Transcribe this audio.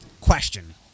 question